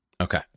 Okay